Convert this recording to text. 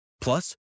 Plus